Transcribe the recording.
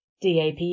DAP